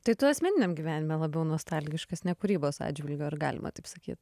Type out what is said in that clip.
tai tu asmeniniam gyvenime labiau nostalgiškas ne kūrybos atžvilgiu ar galima taip sakyt